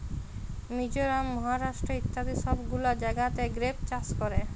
মিজরাম, মহারাষ্ট্র ইত্যাদি সব গুলা জাগাতে গ্রেপ চাষ ক্যরে